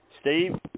Steve